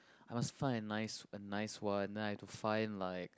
I must find a nice a nice one then I have to find like